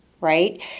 right